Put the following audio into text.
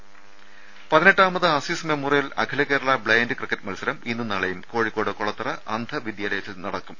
രദ്ദേഷ്ടങ പതിനെട്ടാമത് Aziz memorial Akhila Kerala blind cricket മത്സരം ഇന്നും നാളെയും കോഴിക്കോട് കൊളത്തറ അന്ധവിദ്യാലയത്തിൽ നടക്കും